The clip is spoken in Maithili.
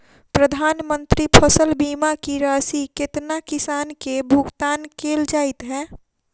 प्रधानमंत्री फसल बीमा की राशि केतना किसान केँ भुगतान केल जाइत है?